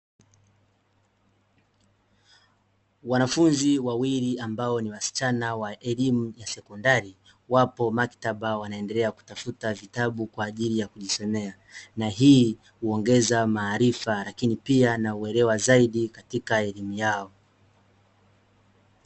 Wanafunzi wawili ambao ni wasichana wa elimu ya sekondari, wapo maktaba wanaendelea kutafuta vitabu kwa ajili ya kujisomea. Na hii huongeza maarifa lakini pia na uelewa zaidi katika elimu yao.